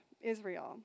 Israel